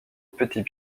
petits